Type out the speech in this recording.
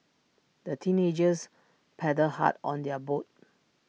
the teenagers paddled hard on their boat